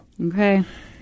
Okay